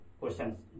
questions